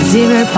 Zero